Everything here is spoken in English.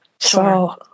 Sure